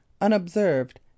unobserved